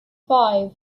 five